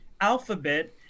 Alphabet